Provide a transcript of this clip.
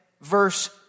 verse